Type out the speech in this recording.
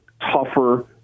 tougher